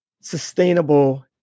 sustainable